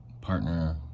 partner